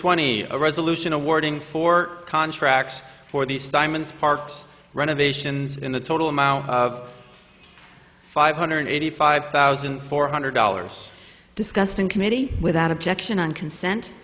twenty a resolution awarding four contracts for these diamonds part renovations in the total amount of five hundred eighty five thousand four hundred dollars discussed in committee without objection on consent